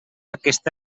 aquesta